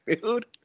dude